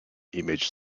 image